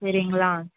சரிங்களா